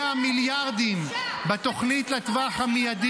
הבאתם עלינו טרור הכי קשה שהיה בתולדות עם ישראל.